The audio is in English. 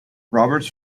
roberts